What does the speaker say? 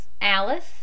Alice